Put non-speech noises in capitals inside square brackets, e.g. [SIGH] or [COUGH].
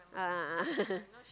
a'ah a'ah [LAUGHS]